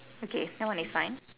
okay that one is fine